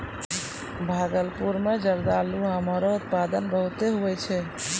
भागलपुर मे जरदालू आम रो उत्पादन बहुते हुवै छै